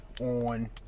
on